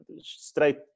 straight